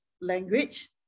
language